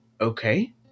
okay